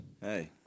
Hey